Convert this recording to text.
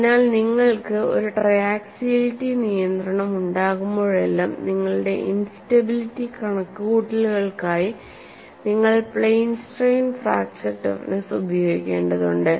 അതിനാൽ നിങ്ങൾക്ക് ഒരു ട്രയാക്സിയാലിറ്റി നിയന്ത്രണം ഉണ്ടാകുമ്പോഴെല്ലാം നിങ്ങളുടെ ഇന്സ്റ്റബിലിറ്റി കണക്കുകൂട്ടലുകൾക്കായി നിങ്ങൾ പ്ലെയിൻ സ്ട്രെയിൻ ഫ്രാക്ചർ ടഫ്നെസ്സ് ഉപയോഗിക്കേണ്ടതുണ്ട്